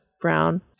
brown